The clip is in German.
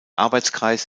arbeitskreis